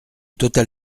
total